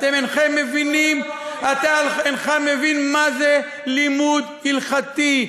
אינכם מבינים, אתה אינך מבין מה זה לימוד הלכתי.